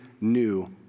new